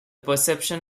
perception